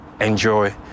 enjoy